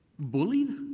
Bullied